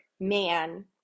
man